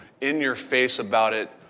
in-your-face-about-it